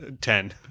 Ten